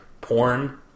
porn